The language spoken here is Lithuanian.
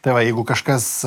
tai va jeigu kažkas